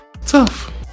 Tough